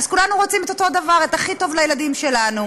אז כולנו רוצים את אותו דבר: את הכי טוב לילדים שלנו.